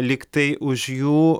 lyg tai už jų